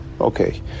Okay